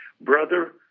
Brother